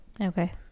Okay